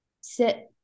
Sit